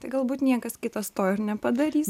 tai galbūt niekas kitas to ir nepadarys